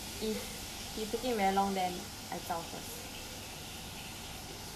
no lah I staying here uh but I think if he taking very long then I zao first